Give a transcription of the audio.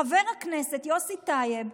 חבר הכנסת יוסי טייב,